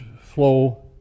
flow